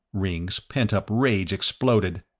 ringg's pent-up rage exploded.